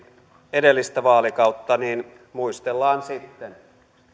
edellistä vaalikautta niin muistellaan sitten